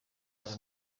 hari